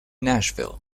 nashville